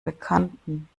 bekannten